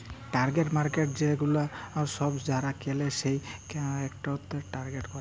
target markets সেগুলা সব যারা কেলে সেই ক্লায়েন্টদের টার্গেট করেক